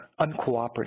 uncooperative